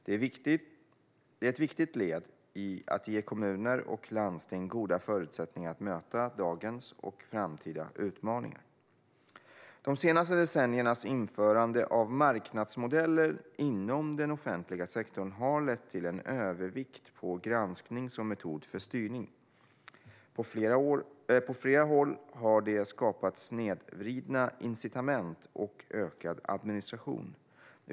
Det är ett viktigt led i att ge kommuner och landsting goda förutsättningar att möta dagens och framtida utmaningar. De senaste decenniernas införande av marknadsmodeller inom den offentliga sektorn har lett till en övervikt mot granskning som metod för styrning. På flera håll har det skapat snedvridna incitament och ökad administration.